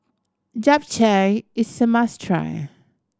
Japchae is a must try